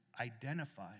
identify